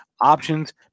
Options